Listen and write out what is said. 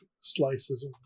slices